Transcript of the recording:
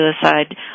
suicide